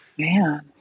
Man